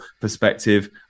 perspective